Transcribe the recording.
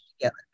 together